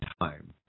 time